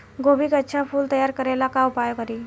गोभी के अच्छा फूल तैयार करे ला का उपाय करी?